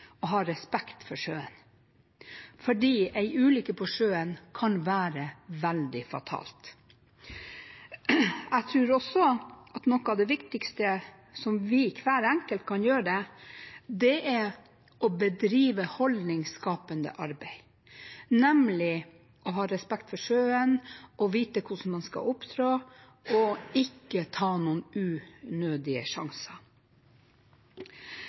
ha respekt for sjøen, fordi en ulykke på sjøen kan være veldig fatal. Jeg tror også at noe av det viktigste som hver enkelt kan gjøre, er å bedrive holdningsskapende arbeid, nemlig om å ha respekt for sjøen, vite hvordan man skal opptre, og ikke ta noen unødige sjanser.